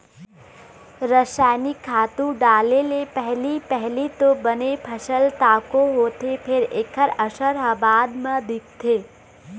रसइनिक खातू डाले ले पहिली पहिली तो बने फसल तको होथे फेर एखर असर ह बाद म दिखथे